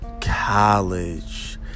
college